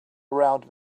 around